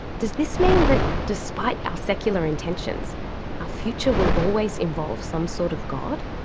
does this mean that despite our secular intentions our future will always involve some sort of god?